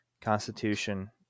Constitution